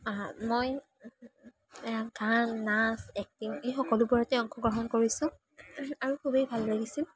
মই গান নাচ এক্টিং এই সকলোবোৰতে অংশগ্ৰহণ কৰিছোঁ আৰু আৰু খুবেই ভাল লাগিছিল